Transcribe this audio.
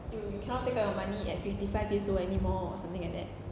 you you cannot take out your money at fifty five years old anymore or something like that